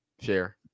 Share